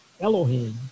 Elohim